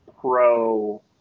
Pro